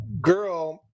girl